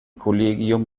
kollegium